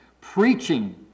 preaching